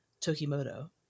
Tokimoto